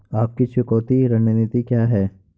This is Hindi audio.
आपकी चुकौती रणनीति क्या है?